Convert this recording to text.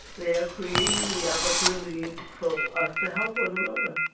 they are creating the opportunity for us to help one another.